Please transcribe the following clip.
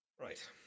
Right